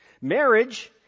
Marriage